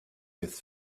with